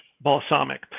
balsamic